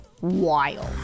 wild